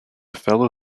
fellow